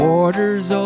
orders